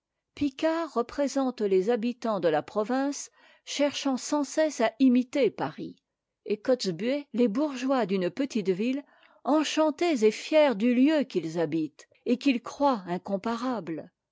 picard représente les habitants de la province cherchant sans cesse à imiter paris et kotzebue les bourgeois d'une petite ville enchantés et fiers du lieu qu'ils habitent et qu'ils croient incomparable